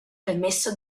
permesso